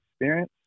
experience